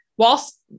whilst